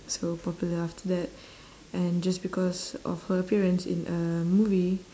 so popular after that and just because of her appearance in a movie